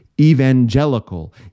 evangelical